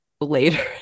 later